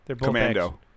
Commando